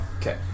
Okay